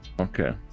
okay